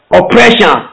oppression